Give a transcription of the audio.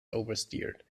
oversteered